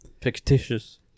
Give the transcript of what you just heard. fictitious